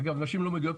אגב, נשים לא מגיעות